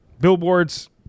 billboards